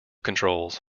controls